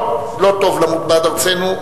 לא, לא טוב למות בעד ארצנו.